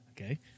Okay